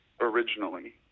originally